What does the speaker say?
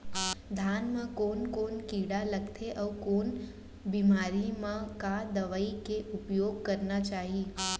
धान म कोन कोन कीड़ा लगथे अऊ कोन बेमारी म का दवई के उपयोग करना चाही?